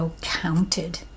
counted